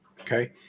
Okay